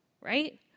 right